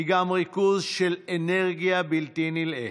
היא גם ריכוז של אנרגיה בלתי נלאית,